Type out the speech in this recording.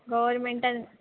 गोवर्नमेंटान